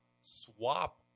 swap